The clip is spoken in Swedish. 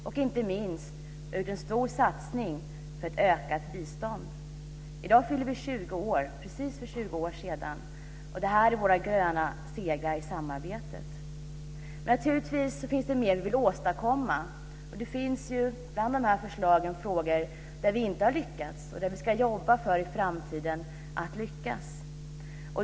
Inte minst har vi gjort en stor satsning på ett ökat bistånd. I dag fyller vi 20 år, och det här är våra gröna segrar i samarbetet. Naturligtvis finns det mer som vi vill åstadkomma. Det finns bland de här förslagen frågor som vi inte har lyckats med och som vi i framtiden ska jobba för att lyckas med.